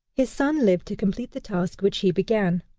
his son lived to complete the task which he began,